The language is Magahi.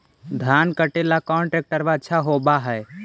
धान कटे ला कौन ट्रैक्टर अच्छा होबा है?